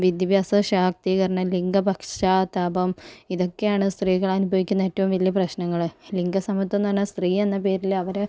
വിദ്യാഭ്യാസ ശാക്തീകരണം ലിംഗ പക്ഷപാതം ഒക്കെയാണ് സ്ത്രീകൾ അനുഭവിക്കുന്ന ഏറ്റവും വലിയ പ്രശ്നങ്ങൾ ലിംഗ സമത്വം എന്ന് പറഞ്ഞ സ്ത്രീ എന്ന പേരിൽ അവരെ